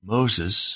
Moses